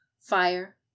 fire